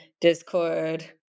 Discord